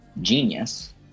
genius